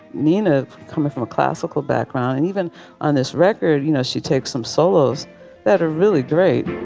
nina, coming from a classical background and even on this record, you know, she takes some solos that are really great